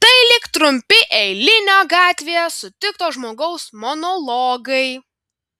tai lyg trumpi eilinio gatvėje sutikto žmogaus monologai